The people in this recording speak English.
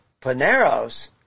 paneros